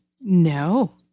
No